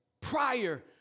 Prior